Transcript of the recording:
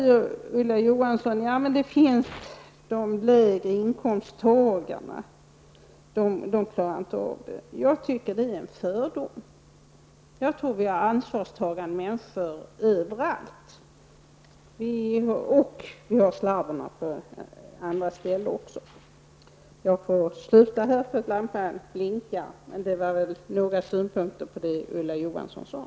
Ulla Johansson säger då att de lägre inkomsttagarna inte skulle klara detta. Jag anser att detta är en fördom. Jag tror att vi har både ansvarstagande människor och slarvrar i alla läger. Eftersom min taletid nu är slut måste jag inskränka mig till dessa synpunkter på vad Ulla Johansson sade.